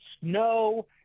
snow